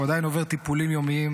הוא עדיין עובר טיפולים יומיים,